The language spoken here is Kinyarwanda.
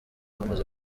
bamaze